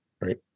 right